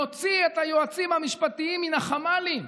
נוציא את היועצים המשפטיים מן החמ"לים.